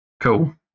Cool